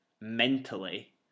mentally